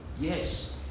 yes